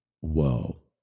Whoa